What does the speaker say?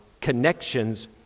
connections